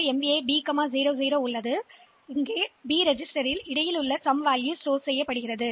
எனவே தொகை குறிப்பு நேரம் 2018 பி இடைநிலை தொகையை 0 வாக வைத்திருக்கிறது